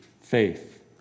faith